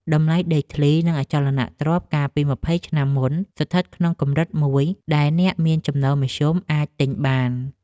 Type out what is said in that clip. តម្លៃដីធ្លី និងអចលនទ្រព្យកាលពីម្ភៃឆ្នាំមុនស្ថិតក្នុងកម្រិតមួយដែលអ្នកមានចំណូលមធ្យមអាចទិញបាន។